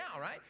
right